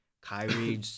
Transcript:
Kyrie